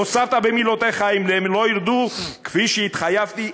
הוספת במילותיך: אם הם לא ירדו כפי שהתחייבתי,